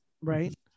right